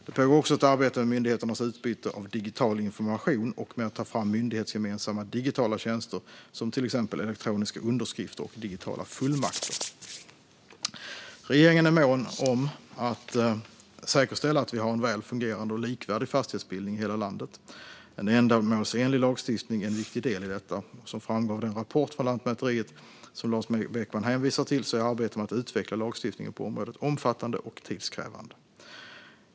Det pågår också ett arbete med myndigheternas utbyte av digital information och med att ta fram myndighetsgemensamma digitala tjänster som till exempel elektroniska underskrifter och digitala fullmakter. Regeringen är mån om att säkerställa att vi har en väl fungerande och likvärdig fastighetsbildning i hela landet. En ändamålsenlig lagstiftning är en viktig del i detta. Som framgår av den rapport från Lantmäteriet som Lars Beckman hänvisar till är arbetet med att utveckla lagstiftningen på området omfattande och tidskrävande.